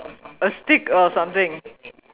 a stick or something